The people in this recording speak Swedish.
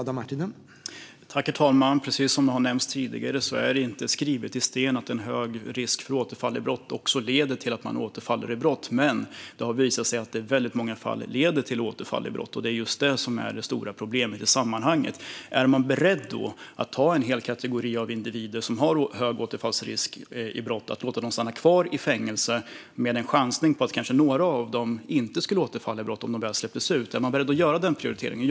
Herr talman! Precis som har nämnts tidigare är det inte skrivet i sten att en hög risk för återfall i brott också leder till att man återfaller i brott, men det har visat sig att det i väldigt många fall leder till återfall i brott. Det är just det som är det stora problemet i sammanhanget. Är man då beredd att låta en hel kategori individer som har hög återfallsrisk i brott stanna kvar i fängelse och inte chansa på att några av dem inte skulle återfalla i brott om de väl släpptes ut? Är man beredd att göra den prioriteringen?